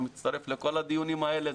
הוא מצטרף לכל הדיונים האלה.